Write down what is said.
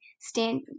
stand